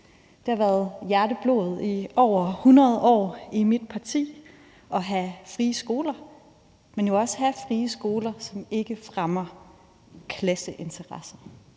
Det har været hjerteblod i over 100 år i mit parti at have frie skoler, men jo også at have frie skoler, som ikke fremmer klasseinteresser.